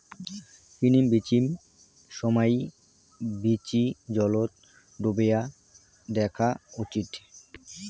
কিনিম বিচিম সমাই বীচি জলত ডোবেয়া দ্যাখ্যা উচিত